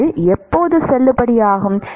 அது எப்போது செல்லுபடியாகும்